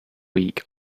week